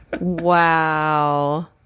Wow